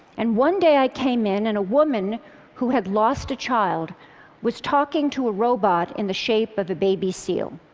and one day i came in and a woman who had lost a child was talking to a robot in the shape of a baby seal.